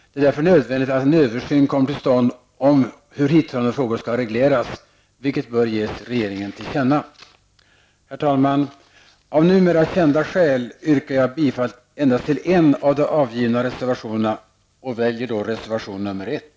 Det är därför nödvändigt att en översyn kommer till stånd om hur hithörande frågor skall regleras, vilket bör ges regeringen till känna. Herr talman! Av numera kända skäl yrkar jag bifall till endast en av de avgivna reservationerna och väljer då reservation nr 1.